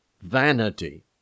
vanity